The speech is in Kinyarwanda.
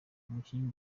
umukinnyi